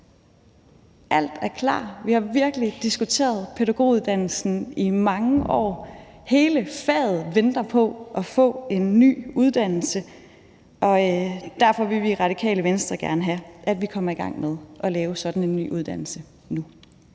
Alt er klar. Vi har virkelig diskuteret pædagoguddannelsen i mange år. Hele faget venter på at få en ny uddannelse, og derfor vil vi i Radikale Venstre gerne have, at vi kommer i gang med at lave sådan en ny uddannelse nu.